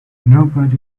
nobody